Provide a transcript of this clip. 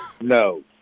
No